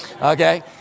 okay